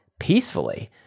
peacefully